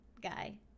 guy